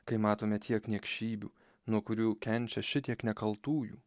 kai matome tiek niekšybių nuo kurių kenčia šitiek nekaltųjų